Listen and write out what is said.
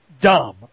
dumb